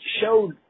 showed